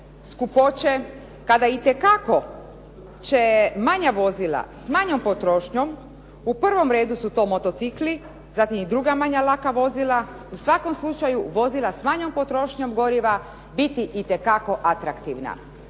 skupoće kada itekako će manja vozila s manjom potrošnjom, u prvom redu su to motocikli, zatim druga manja laka vozila. U svakom slučaju, vozila s manjom potrošnjom goriva biti itekako atraktivna.